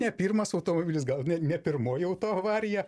ne pirmas automobilis gal net ne pirmoji autoavarija